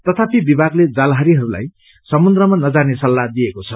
तथापि विभागले जालहारीहरूलाई समुद्रमा नजाने सल्ताह दिएको छ